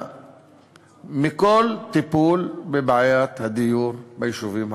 מכל טיפול בבעיית הדיור ביישובים הערביים.